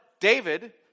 David